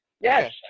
Yes